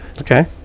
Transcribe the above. Okay